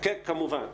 כן, כמובן.